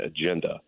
agenda